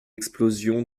explosion